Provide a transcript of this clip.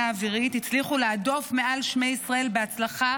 האווירית הצליחו להדוף מעל שמי ישראל בהצלחה